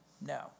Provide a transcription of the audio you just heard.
No